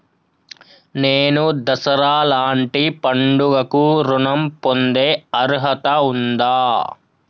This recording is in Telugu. నేను దసరా లాంటి పండుగ కు ఋణం పొందే అర్హత ఉందా?